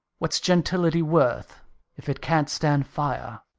what's gentility worth if it can't stand fire?